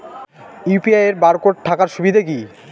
UPI এর barcode থাকার সুবিধে কি?